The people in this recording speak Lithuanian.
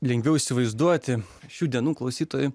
lengviau įsivaizduoti šių dienų klausytojui